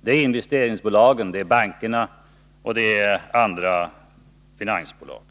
det — investeringsbolagen, bankerna och andra finansbolag.